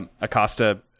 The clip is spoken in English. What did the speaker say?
Acosta